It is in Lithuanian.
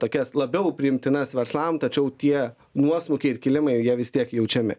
tokias labiau priimtinas verslam tačiau tie nuosmukiai ir kilimai jie vis tiek jaučiami